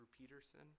Peterson